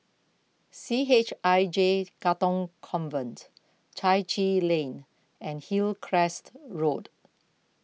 C H I J Katong Convent Chai Chee Lane and Hillcrest Road